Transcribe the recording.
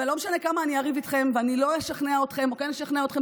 לא משנה כמה אני אריב איתכם ואני לא אשכנע אתכם או כן אשכנע אתכם,